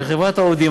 שחברת העובדים,